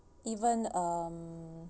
even um